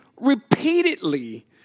repeatedly